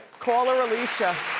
call her alicia.